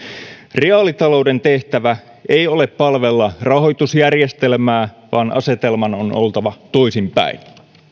reaalitalouden tehtävä ei ole palvella rahoitusjärjestelmää vaan asetelman on oltava toisinpäin